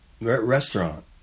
restaurant